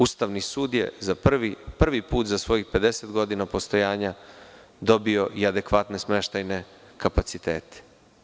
Ustavni sud je prvi put za svojih pedeset godina postojanja dobio i adekvatne smeštajne kapacitet.